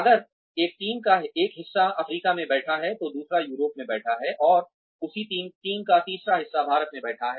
अगर एक टीम का एक हिस्सा अफ्रीका में बैठा है तो दूसरा यूरोप में बैठा है और उस टीम का तीसरा हिस्सा भारत में बैठा है